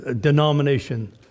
denomination